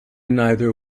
neither